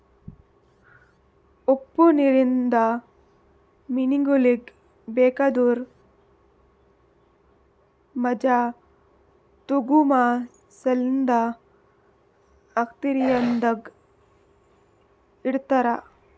ಉಪ್ಪು ನೀರಿಂದ ಮೀನಗೊಳಿಗ್ ಬೇಕಾದುರ್ ಮಜಾ ತೋಗೋಮ ಸಲೆಂದ್ ಅಕ್ವೇರಿಯಂದಾಗ್ ಇಡತಾರ್